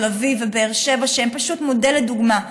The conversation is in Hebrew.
תל אביב ובאר שבע הן פשוט מודל ודוגמה,